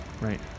right